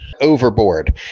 overboard